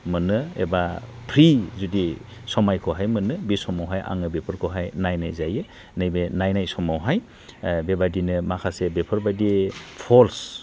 मोनो एबा फ्रि जुदि समायखौहाय मोनो बे समावहाय आं बेफोरखौहाय नायनाय जायो नैबे नायनाय समावहाय बेबादिनो माखासे बेफोरबायदि फल्स